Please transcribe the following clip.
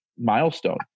milestone